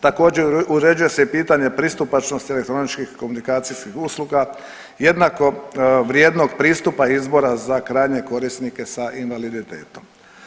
Također, uređuje se i pitanje pristupačnosti elektroničkih komunikacijskih usluga, jednako vrijednog pristupa izbora za krajnje korisnike sa invaliditetom.